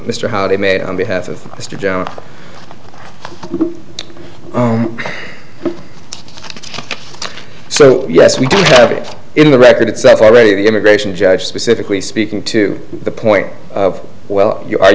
mr howe they made on behalf of mr jones so yes we do have it in the record it's already the immigration judge specifically speaking to the point of well you are